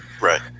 Right